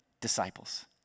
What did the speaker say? disciples